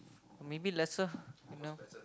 maybe lesser you know